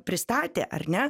pristatė ar ne